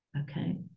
Okay